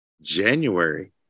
January